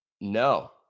No